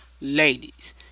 Ladies